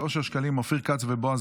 בעד.